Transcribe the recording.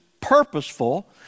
purposeful